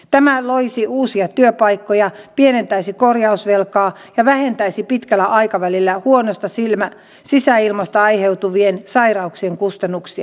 tämä loisi uusia työpaikkoja pienentäisi korjausvelkaa ja vähentäisi pitkällä aikavälillä huonosta sisäilmasta aiheutuvien sairauksien kustannuksia